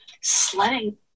sledding